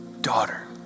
Daughter